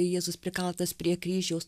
jėzus prikaltas prie kryžiaus